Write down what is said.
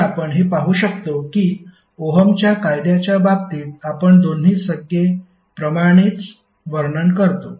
तर आपण हे पाहू शकतो की ओहमच्या कायद्याच्या बाबतीत आपण दोन्ही संज्ञेप्रमाणेच वर्णन करतो